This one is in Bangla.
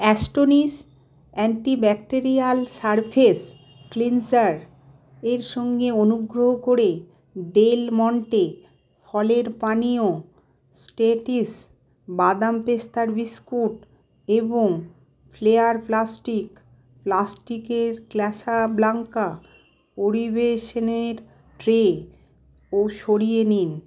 astonish antibacterial surface cleanser এর সঙ্গে অনুগ্রহ করে ডেলমন্টে ফলের পানিও স্টেটিস বাদাম পেস্তার বিস্কুট এবং ফ্লেয়ার প্লাস্টিক প্লাস্টিকের কাসাব্লাঙ্কা পরিবেশেনের ট্রেও সরিয়ে নিন